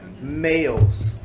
males